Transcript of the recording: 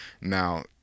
now